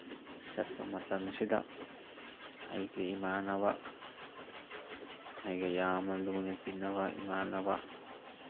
ꯆꯠꯄ ꯃꯇꯝꯁꯤꯗ ꯑꯩꯒꯤ ꯏꯃꯥꯟꯅꯕ ꯑꯩꯒ ꯌꯥꯝꯅ ꯂꯨꯅ ꯇꯤꯅꯕ ꯏꯃꯥꯟꯅꯕ